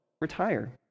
retire